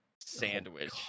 sandwich